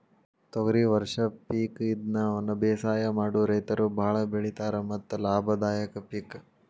ತೊಗರಿ ವರ್ಷ ಪಿಕ್ ಇದ್ನಾ ವನಬೇಸಾಯ ಮಾಡು ರೈತರು ಬಾಳ ಬೆಳಿತಾರ ಮತ್ತ ಲಾಭದಾಯಕ ಪಿಕ್